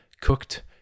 cooked